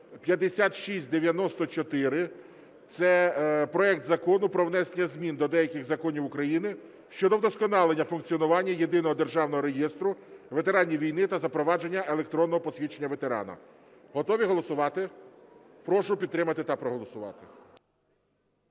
5694), це проект Закону про внесення змін до деяких законів України щодо вдосконалення функціонування Єдиного державного реєстру ветеранів війни та запровадження електронного посвідчення ветерана. Готові голосувати? Прошу підтримати та проголосувати.